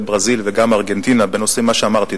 ברזיל וגם ארגנטינה בנושאים כפי שאמרתי,